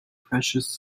precious